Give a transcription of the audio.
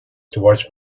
towards